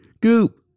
Goop